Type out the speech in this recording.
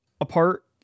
apart